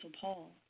Paul